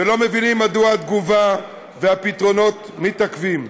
ולא מבינים מדוע התגובה והפתרונות מתעכבים.